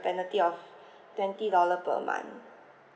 penalty twenty dollar per um